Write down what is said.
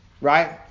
right